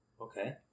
Okay